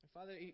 Father